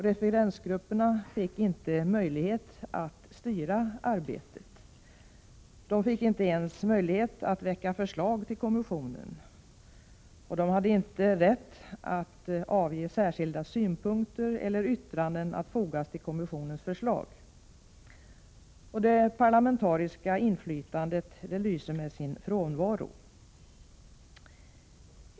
Referensgrupperna fick inte möjlighet att styra arbetet. De fick inte ens möjlighet att väcka förslag till kommissionen. De hade inte rätt att anföra särskilda synpunkter eller avge yttranden att fogas till kommissionens förslag. Det parlamentariska inflytandet lyser med sin frånvaro.